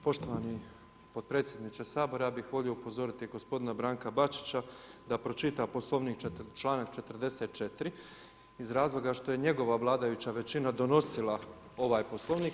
Poštovani potpredsjedniče Sabora, ja bih volio upozoriti gospodina Branka Bačića da pročita Poslovnik, čl. 44. iz razloga što je njegova vladajuća većina donosila ovaj Poslovnik.